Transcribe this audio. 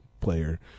player